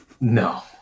No